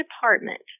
department